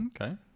Okay